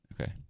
Okay